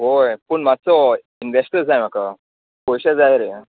हय पूण मातसो इनवॅस्टर जाय म्हाका पयशे जाय रे